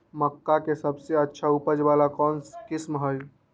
मक्का के सबसे अच्छा उपज वाला कौन किस्म होई?